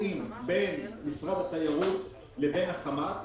תקועים בין משרד התיירות לבין החברה הממשלתית.